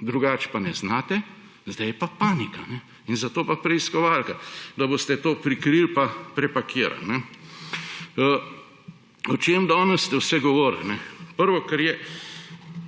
drugače pa ne znate, zdaj je pa panika, zato pa preiskovalka, da boste to prikrili pa prepakirali. O čem danes ste vse govorili. Prvo, kar je,